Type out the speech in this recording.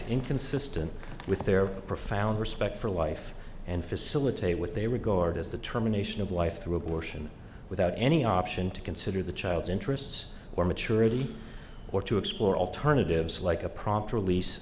inconsistent with their profound respect for life and facilitate what they regard as the terminations of life through abortion without any option to consider the child's interests or maturity or to explore alternatives like a prompt release